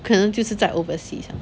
可能就是在 overseas 了